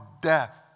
death